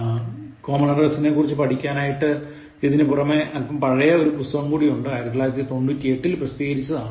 Common Errors നെക്കുറിച്ച് പഠിക്കാൻ ഇതിനു പുറമേ അല്പം പഴയ ഒരു പുസ്തകം കൂടിയുണ്ട് 1998ൽ പ്രസിദ്ധികരിച്ചത്